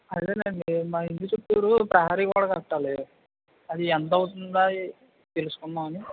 అదే నండి మా ఇంటి చుట్టూరు ప్రహరీ గోడ కట్టాలి అది ఎంతవుతుందా తెలుసుకుందామని